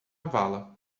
vala